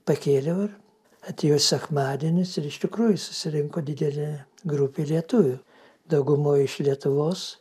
pakėliau ir atėjo sekmadienis ir iš tikrųjų susirinko didelė grupė lietuvių daugumoj iš lietuvos